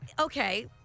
Okay